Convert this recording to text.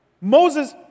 Moses